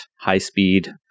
high-speed